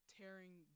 tearing